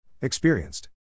Experienced